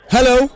Hello